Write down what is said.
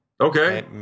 Okay